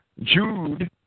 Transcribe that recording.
Jude